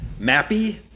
mappy